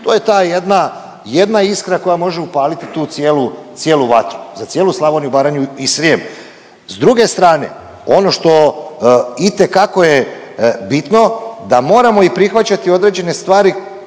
ta jedna, jedna iskra koja može upaliti tu cijelu, cijelu vatru za cijelu Slavoniju, Baranju i Srijem. S druge strane ono što itekako je bitno da moramo i prihvaćati određene stvari